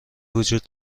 وجود